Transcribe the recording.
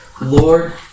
Lord